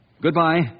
Goodbye